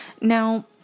Now